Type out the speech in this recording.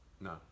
no